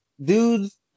dudes